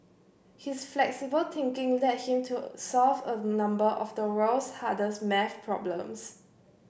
his flexible thinking led him to solve a number of the world's hardest math problems